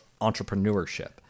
entrepreneurship